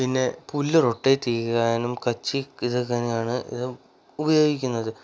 പിന്നെ പുല്ല് റൊട്ടേറ്റ് ചെയ്യാനും കച്ചി ഇതിനൊക്കെയാണ് ഇത് ഉപയോഗിക്കുന്നത്